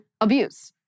abuse